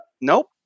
Nope